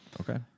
Okay